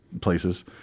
places